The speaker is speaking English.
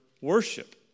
worship